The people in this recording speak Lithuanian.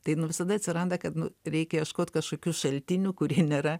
tai nu visada atsiranda kad nu reikia ieškot kažkokių šaltinių kurie nėra